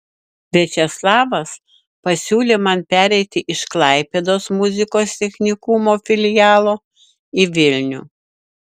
viačeslavas pasiūlė man pereiti iš klaipėdos muzikos technikumo filialo į vilnių